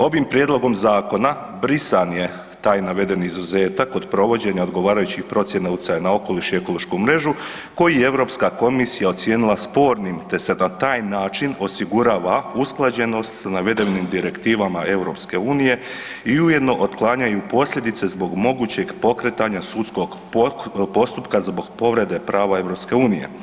Ovim prijedlogom zakona brisan je taj navedeni izuzetak od provođenja odgovarajućih procjena utjecaja na okoliš i ekološku mrežu koji je Europska komisija ocijenila spornim, te se na taj način osigurava usklađenost s navedenim direktivama EU i ujedno otklanjaju posljedice zbog mogućeg pokretanja sudskog postupka zbog povrede prava EU.